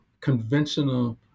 conventional